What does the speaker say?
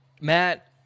Matt